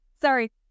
Sorry